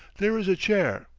there is a chair.